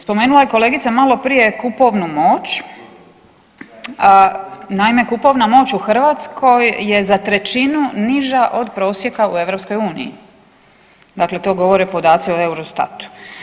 Spomenula je kolegica maloprije kupovnu moć, naime kupovna moć u Hrvatskoj je za trećinu niža od prosjeka u EU, dakle to govore podaci u Eurostatu.